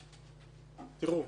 תראו,